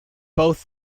both